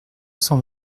cent